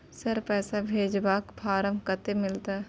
Sir, पैसा भेजबाक form कत्ते मिलत?